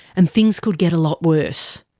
and things could get a lot worse.